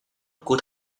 của